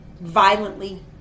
violently